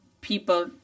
people